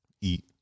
eat